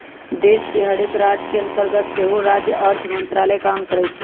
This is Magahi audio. देश के हरेक राज के अंतर्गत सेहो राज्य अर्थ मंत्रालय काम करइ छै